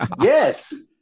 Yes